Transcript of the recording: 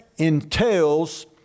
entails